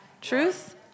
Truth